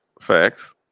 Facts